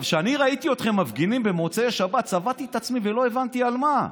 כשאני ראיתי אתכם מפגינים במוצאי שבת צבטתי את עצמי ולא הבנתי על מה.